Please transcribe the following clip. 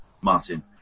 Martin